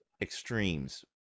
extremes